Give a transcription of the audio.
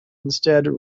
instead